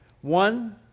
One